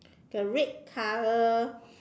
the red color